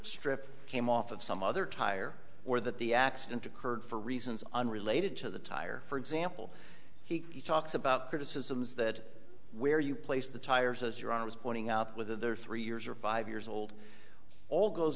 strip came off of some other tire or that the accident occurred for reasons unrelated to the tire for example he talks about criticisms that where you place the tires as your i was pointing out whether there are three years or five years old all goes